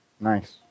Nice